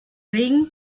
ring